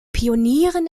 pionieren